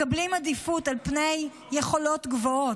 מקבלים עדיפות על פני יכולות גבוהות.